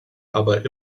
aber